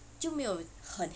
就没有很